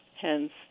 hence